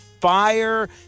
fire